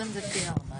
120 זה פי ארבעה,